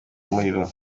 umuriro